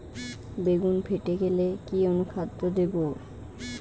বেগুন ফেটে গেলে কি অনুখাদ্য দেবো?